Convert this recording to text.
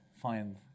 find